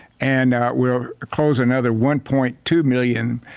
and that will close another one point two million.